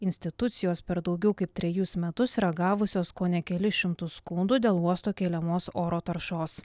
institucijos per daugiau kaip trejus metus yra gavusios kone kelis šimtus skundų dėl uosto keliamos oro taršos